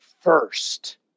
first